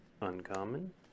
uncommon